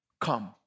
Come